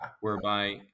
whereby